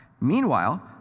Meanwhile